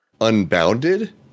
unbounded